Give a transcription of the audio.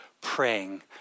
praying